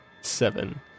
Seven